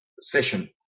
session